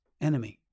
enemy